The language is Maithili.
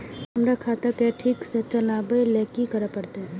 हमरा खाता क ठीक स चलबाक लेल की करे परतै